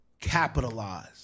capitalize